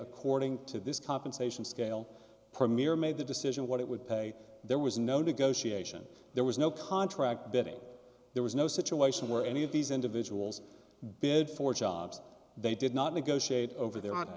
according to this compensation scale premier made the decision what it would pay there was no negotiation there was no contract that there was no situation where any of these individuals bid for jobs they did not negotiate over the